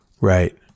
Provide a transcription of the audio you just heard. Right